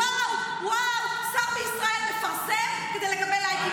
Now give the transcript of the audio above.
וואו, וואו, שר בישראל מפרסם כדי לקבל לייקים.